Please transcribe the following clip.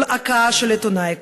כל הכאה של עיתונאי,